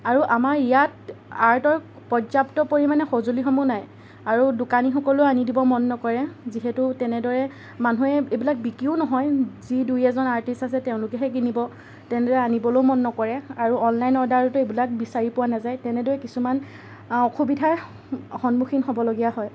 আৰু আমাৰ ইয়াত আৰ্টৰ পৰ্য্য়াপ্ত পৰিমাণে সঁজুলিসমূহ নাই আৰু দোকানীসকলেও আনি দিব মন নকৰে যিহেতু তেনেদৰে মানুহে এইবিলাক বিক্ৰীও নহয় যি দুই এজন আৰ্টিষ্ট আছে তেওঁলোকেহে কিনিব তেনেদৰে আনিবলৈও মন নকৰে আৰু অনলাইন অৰ্ডাৰটো এইবিলাক বিচাৰি পোৱা নাযায় তেনেদৰে কিছুমান অসুবিধাৰ সন্মুখীন হ'বলগীয়া হয়